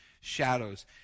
shadows